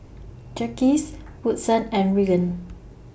Jacques Woodson and Regan